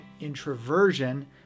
introversion